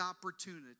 opportunity